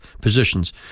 positions